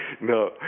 No